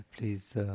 Please